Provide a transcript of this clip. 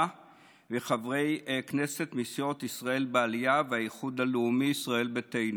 וחברי כנסת מסיעות ישראל בעלייה והאיחוד הלאומי-ישראל ביתנו.